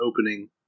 opening